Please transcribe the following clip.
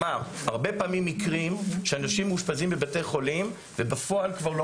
הרבה פעמים מקרים שאנשים מאושפזים בבתי חולים ובפועל כבר לא